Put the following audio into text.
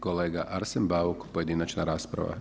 Kolega Arsen Bauk pojedinačna rasprava.